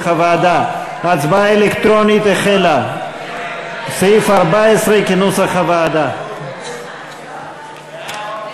ההסתייגות של קבוצת סיעת רע"ם-תע"ל-מד"ע לא נתקבלה.